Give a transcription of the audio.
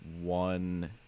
one